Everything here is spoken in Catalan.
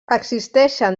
existeixen